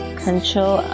control